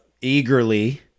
eagerly